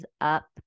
up